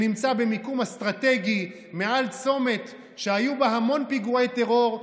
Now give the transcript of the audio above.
שנמצא במיקום אסטרטגי מעל צומת שהיו בו המון פיגועי טרור.